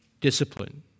Discipline